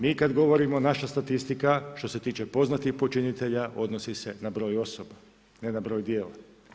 Mi kad govorimo, naša statistika, što se tiče poznatih počinitelja, odnosi se na broj osoba, ne na broj djela.